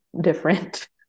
different